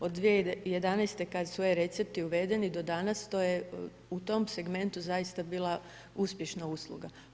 Od 2011. kad su e-recepti uvedeni do danas, to je u tom segmentu zaista bila uspješna usluga.